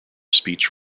speech